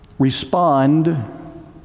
respond